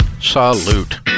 salute